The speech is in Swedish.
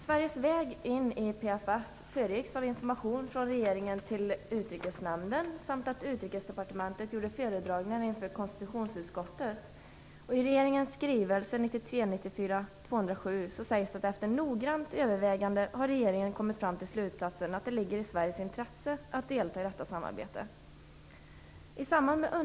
Sveriges inträde i PFF föregicks av information från regeringen till Utrikesnämnden, och Utrikesdepartementet gjorde föredragningar inför konstitutionsutskottet. I regeringens skrivelse 1993/94:207 uttalas att regeringen efter noggrant övervägande har kommit fram till slutsatsen att det ligger i Sveriges intresse att delta i detta samarbete.